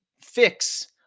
fix